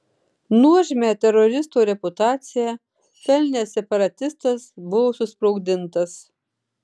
nuožmią teroristo reputaciją pelnęs separatistas buvo susprogdintas